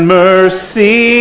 mercy